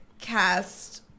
cast